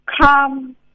come